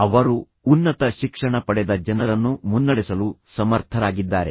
ಅವರು ಉನ್ನತ ಶಿಕ್ಷಣ ಪಡೆದ ಜನರನ್ನು ಮುನ್ನಡೆಸಲು ಸಮರ್ಥರಾಗಿದ್ದಾರೆ